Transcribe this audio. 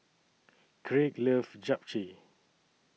Craig loves Japchae